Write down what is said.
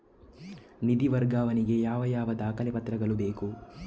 ನಿಧಿ ವರ್ಗಾವಣೆ ಗೆ ಯಾವ ಯಾವ ದಾಖಲೆ ಪತ್ರಗಳು ಬೇಕು?